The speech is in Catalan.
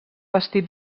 vestit